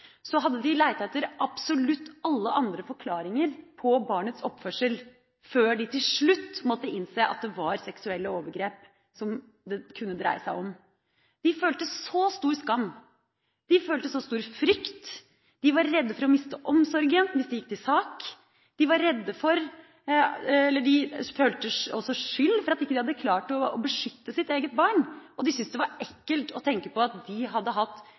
etter absolutt alle andre forklaringer på barnets oppførsel, før de til slutt måtte innse at det kunne dreie seg om seksuelle overgrep. De følte stor skam og stor frykt. De var redde for å miste omsorgen, hvis de gikk til sak. De følte også skyld fordi de ikke hadde klart å beskytte sitt eget barn. De syntes det var ekkelt å tenke på at de hadde hatt